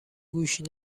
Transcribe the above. گوش